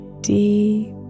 deep